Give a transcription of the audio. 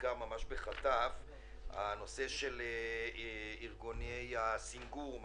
תזכרו את זה כשהקואליציה תביא לפה דברים ואז תוכלו לדרוש את מה